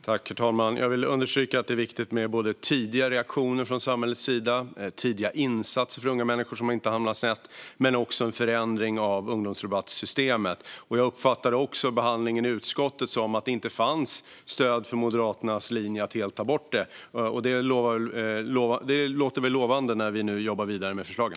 Herr talman! Jag vill understryka att det är viktigt med tidiga reaktioner från samhällets sida och tidiga insatser för unga människor så att de inte hamnar snett, men det är också viktigt med en förändring av ungdomsrabattsystemet. Jag uppfattade också behandlingen i utskottet som att det inte fanns stöd för Moderaternas linje att helt ta bort det, och det låter väl lovande när vi nu jobbar vidare med förslaget.